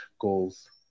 goals